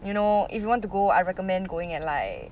you know if you want to go I recommend going at like